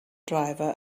driver